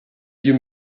you